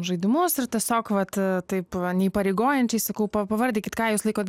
žaidimus ir tiesiog vat taip va neįpareigojančiai sakau pavardikit ką jūs laikot